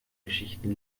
geschichten